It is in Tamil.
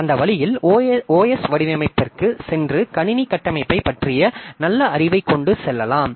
அந்த வழியில் OS வடிவமைப்பிற்குச் சென்று கணினி கட்டமைப்பைப் பற்றிய நல்ல அறிவைக் கொண்டு செல்லலாம்